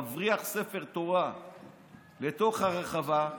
מבריח ספר תורה לתוך הרחבה.